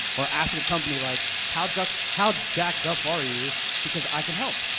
or ask a company, like how jacked how jacked up are you because i can help,